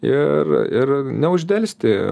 ir ir neuždelsti